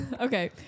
Okay